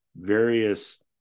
various